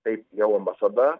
taip jau ambasada